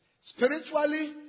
Spiritually